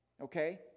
okay